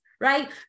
right